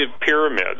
pyramids